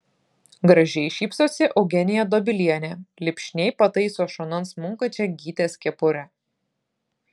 gražiai šypsosi eugenija dobilienė lipšniai pataiso šonan smunkančią gytės kepurę